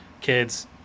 Kids